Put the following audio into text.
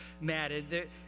matted